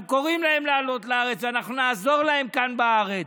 אנחנו קוראים להם לעלות לארץ ואנחנו נעזור להם כאן בארץ.